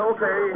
Okay